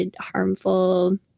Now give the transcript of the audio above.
harmful